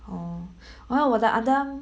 orh orh 我的 underarm